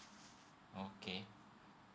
okay